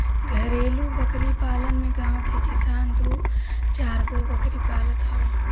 घरेलु बकरी पालन में गांव के किसान दू चारगो बकरी पालत हवे